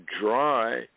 dry